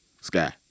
Sky